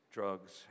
drugs